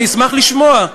אני אשמח לשמוע.